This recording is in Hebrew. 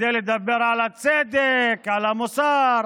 כדי לדבר על הצדק, על המוסר